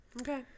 Okay